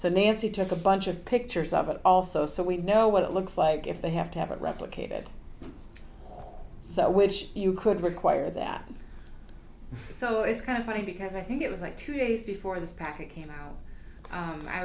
so nancy took a bunch of pictures of it also so we know what it looks like if they have to have it replicated so which you could require that so it's kind of funny because i think it was like two days before this package came